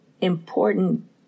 important